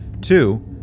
Two